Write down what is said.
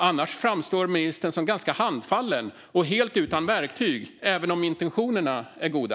Annars framstår ministern som ganska handfallen och helt utan verktyg, även om intentionerna är goda.